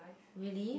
really